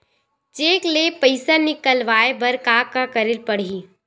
Cheque ले पईसा निकलवाय बर का का करे ल पड़हि?